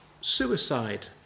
suicide